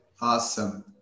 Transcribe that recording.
Awesome